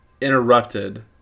interrupted